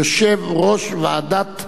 יושב-ראש ועדת העבודה,